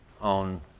on